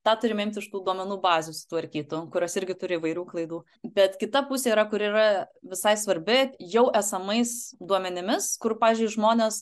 tą turim imt iš tų duomenų bazių sutvarkytų kurios irgi turi įvairių klaidų bet kita pusė yra kur yra visai svarbi jau esamais duomenimis kur pavyzdžiui žmonės